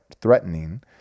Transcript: threatening